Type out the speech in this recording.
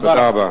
תודה רבה.